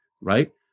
right